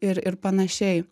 ir ir panašiai